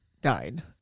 died